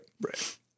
Right